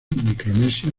micronesia